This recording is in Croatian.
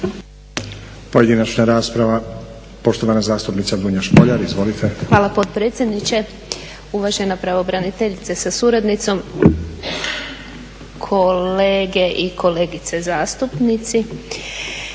Pojedinačna rasprava, poštovana zastupnica Dunja Špoljar. Izvolite. **Špoljar, Dunja (SDP)** Hvala potpredsjedniče. Uvažena pravobraniteljice sa suradnicom, kolege i kolegice zastupnici.